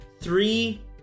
three